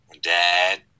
dad